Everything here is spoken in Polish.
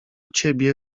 ciebie